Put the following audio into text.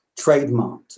trademarked